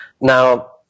Now